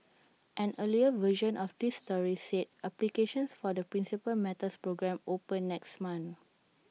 an earlier version of this story said applications for the Principal Matters programme open next month